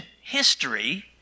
history